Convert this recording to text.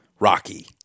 Rocky